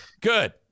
Good